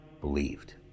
believed